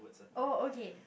oh okay